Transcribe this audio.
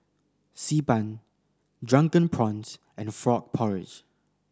Xi Ban Drunken Prawns and frog porridge